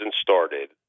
started